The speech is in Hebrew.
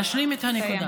להשלים את הנקודה.